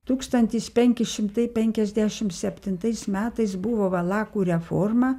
tūkstantis penki šimtai penkiasdešimt septintais metais buvo valakų reforma